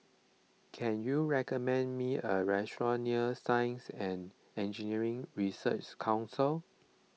can you recommend me a restaurant near Science and Engineering Research Council